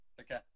Okay